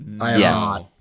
yes